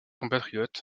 compatriotes